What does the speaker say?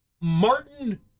Martin